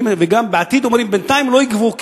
וגם לעתיד אומרים: בינתיים לא יגבו כי